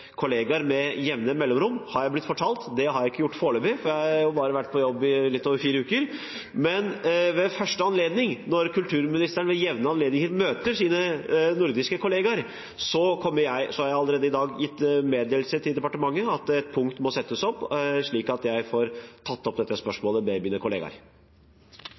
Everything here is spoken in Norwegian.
med jevne mellomrom – har jeg blitt fortalt. Det har jeg ikke gjort foreløpig – jeg har jo vært på jobb i bare litt over fire uker – men jeg har allerede i dag gitt meddelelse til departementet om at et punkt må settes opp slik at jeg får tatt opp dette spørsmålet med mine